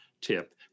tip